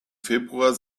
februar